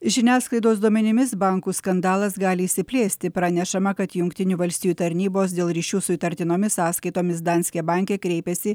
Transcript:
žiniasklaidos duomenimis bankų skandalas gali išsiplėsti pranešama kad jungtinių valstijų tarnybos dėl ryšių su įtartinomis sąskaitomis danske banke kreipėsi